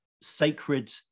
sacred